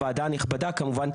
הוועדה הנכבדה כמובן,